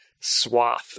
swath